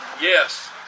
Yes